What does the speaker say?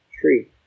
tree